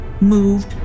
moved